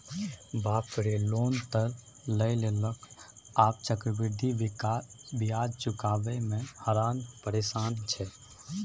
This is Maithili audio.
बाप रे लोन त लए लेलकै आब चक्रवृद्धि ब्याज चुकाबय मे हरान परेशान छै